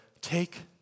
take